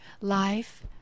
Life